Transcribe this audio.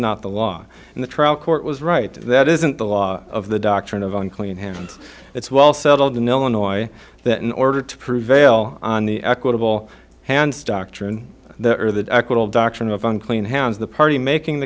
not the law and the trial court was right that isn't the law of the doctrine of unclean hands it's well settled in illinois that in order to prevail on the equitable hands doctrine there are the little doctrine of unclean hands the party making the